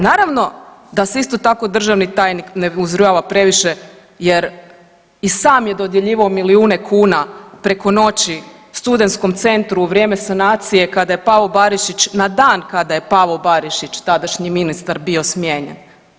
Naravno da se isto tako državni tajnik ne uzrujava previše jer i sam je dodjeljivao milijune kuna preko noći studentskom centru u vrijeme sanacije kada je Pavo Barišić, na dan kada je Pavo Barišić, tadašnji ministar bio smijenjen.